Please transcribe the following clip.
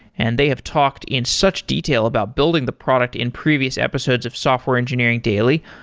and they have talked in such detail about building the product in previous episodes of software engineering daily.